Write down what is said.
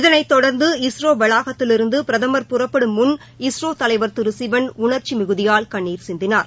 இதனைத் தொடர்ந்து இஸ்ரோ வளாகத்திலிருந்து பிரதம் புறப்படும் முன் இஸ்ரோ தலைவர் திரு சிவன் உணர்ச்சி மிகுதியால் கண்ணீர் சிந்தினார்